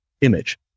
image